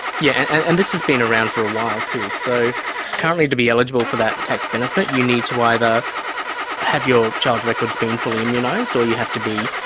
yeah and this has been around for a while, too. so currently to be eligible for that tax benefit you need to either have your child's records being fully immunised or you have to be,